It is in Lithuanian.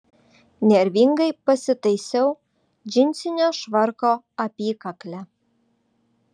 nervingai pasitaisiau džinsinio švarko apykaklę